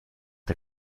der